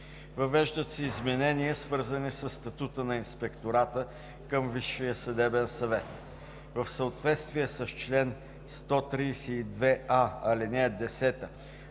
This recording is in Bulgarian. Въвеждат се изменения, свързани със статута на Инспектората към Висшия съдебен съвет. В съответствие с чл. 132а, ал. 10